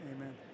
Amen